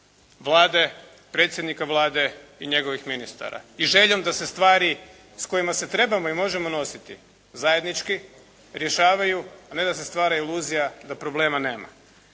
Vlade, predsjednika Vlade i njegovih ministara i željom da se stvari s kojima se trebamo i možemo nositi zajednički rješavaju, a ne da se stvara iluzija da problema nema.